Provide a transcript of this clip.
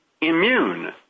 immune